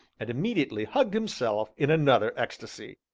and immediately hugged himself in another ecstasy.